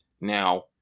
Now